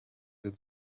den